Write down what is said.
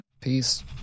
Peace